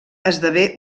esdevé